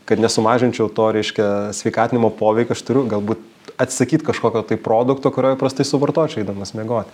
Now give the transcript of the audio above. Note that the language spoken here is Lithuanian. kad nesumažinčiau to reiškia sveikatinimo poveikio aš turiu galbūt atsisakyt kažkokio tai produkto kurio įprastai suvartočiau eidamas miegot